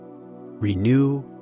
renew